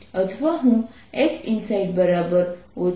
તેથી તમે જોઈ શકો છો કે vrrsinθ